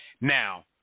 Now